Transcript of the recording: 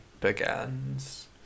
begins